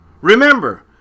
remember